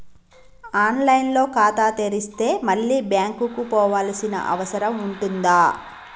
On line లో ఖాతా తెరిస్తే మళ్ళీ బ్యాంకుకు పోవాల్సిన అవసరం ఉంటుందా?